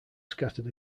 scattered